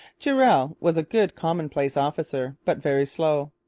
durell was a good commonplace officer, but very slow.